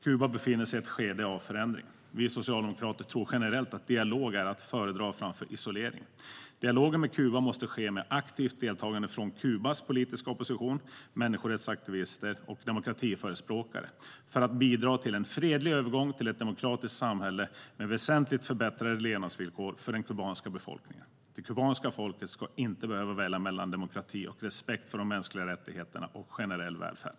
Kuba befinner sig i ett skede av förändring. Vi socialdemokrater tror generellt att dialog är att föredra framför isolering. Dialogen med Kuba måste ske med aktivt deltagande från Kubas politiska opposition, människorättsaktivister och demokratiförespråkare för att bidra till en fredlig övergång till ett demokratiskt samhälle med väsentligt förbättrade levnadsvillkor för den kubanska befolkningen. Det kubanska folket ska inte behöva välja mellan demokrati och respekt för de mänskliga rättigheterna och generell välfärd.